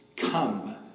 come